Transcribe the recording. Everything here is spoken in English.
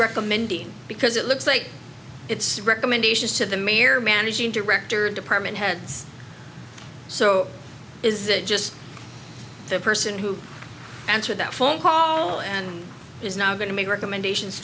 recommending because it looks like its recommendations to the mayor managing director of department heads so is it just the person who answered that phone call and is now going to make recommendations